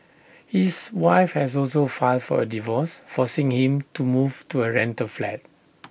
his wife has also filed for A divorce forcing him to move to A rental flat